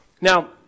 Now